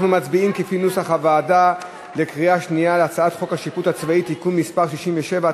אנחנו מצביעים בקריאה שנייה על הצעת חוק השיפוט הצבאי (תיקון מס' 67),